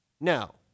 no